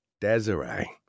Desiree